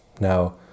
Now